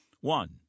One